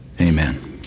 Amen